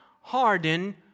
harden